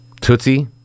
Tootsie